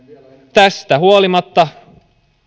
tästä huolimatta